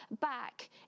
back